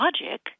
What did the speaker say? logic